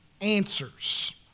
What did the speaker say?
answers